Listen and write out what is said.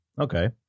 Okay